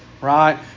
right